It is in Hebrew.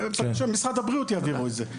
משרד הבריאות יעבירו את זה.